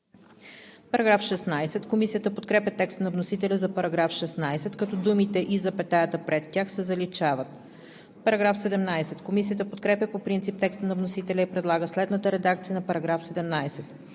по ал. 6.“ Комисията подкрепя текста на вносителя за § 16, като думите „и запетаята пред тях“ се заличават. Комисията подкрепя по принцип текста на вносителя и предлага следната редакция на § 17: „§ 17.